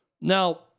Now –